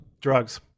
Drugs